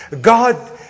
God